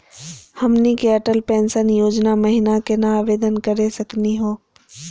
हमनी के अटल पेंसन योजना महिना केना आवेदन करे सकनी हो?